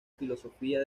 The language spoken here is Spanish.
filosofía